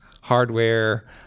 hardware